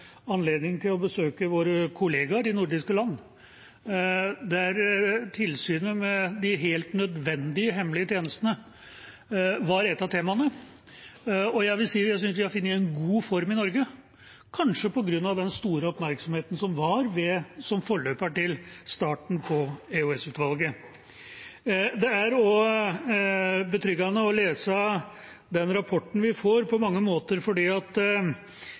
anledning til å besøke våre kollegaer i nordiske land, der tilsynet med de helt nødvendige hemmelige tjenestene var et av temaene. Jeg vil si at jeg synes at vi har funnet en god form i Norge – kanskje på grunn av den store oppmerksomheten som var knyttet til forløperen til EOS-utvalget. Det er også på mange måter betryggende å lese den rapporten vi får,